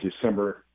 December